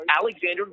Alexander